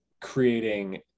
creating